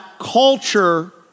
culture